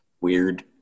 weird